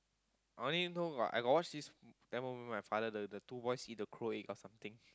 I only know got I got watch this Tamil movie my father the the two boys eat the crow egg or something